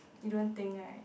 you don't think right